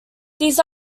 these